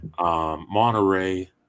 Monterey